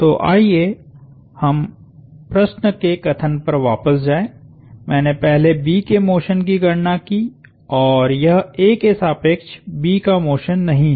तो आइए हम प्रश्न के कथन पर वापस जाएं मैंने पहले B के मोशन की गणना की और यह A के सापेक्ष B का मोशन नहीं है